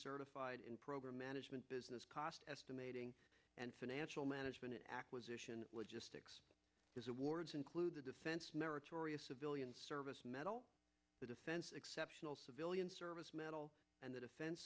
certified in program management business cost estimating and financial management acquisition logistics awards include the defense meritorious civilian service medal the defense exceptional civilian service medal and the defen